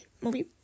movie